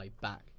back